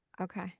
Okay